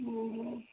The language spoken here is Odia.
ଉଁ ହୁଁ